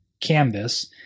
canvas